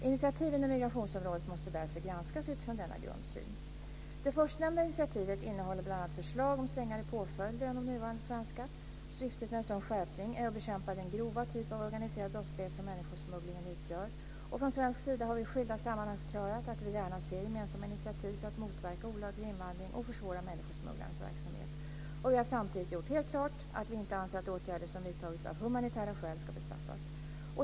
Initiativ inom migrationsområdet måste därför granskas utifrån denna grundsyn. Det förstnämnda initiativet innehåller bl.a. förslag om strängare påföljder än de nuvarande svenska. Syftet med en sådan skärpning är att bekämpa den grova typ av organiserad brottslighet som människosmugglingen utgör. Från svensk sida har vi i skilda sammanhang förklarat att vi gärna ser gemensamma initiativ för att motverka olaglig invandring och försvåra människosmugglarnas verksamhet. Vi har samtidigt gjort helt klart att vi inte anser att åtgärder som vidtagits av humanitära skäl ska bestraffas.